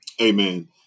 Amen